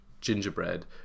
gingerbread